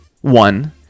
One